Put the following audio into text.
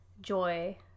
joy